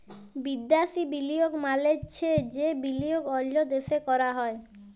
বিদ্যাসি বিলিয়গ মালে চ্ছে যে বিলিয়গ অল্য দ্যাশে ক্যরা হ্যয়